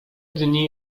dni